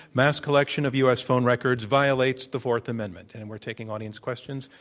mass collection of u. s. phone records violates the fourth amendment. and we're taking audience questions.